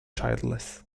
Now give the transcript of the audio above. childless